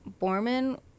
Borman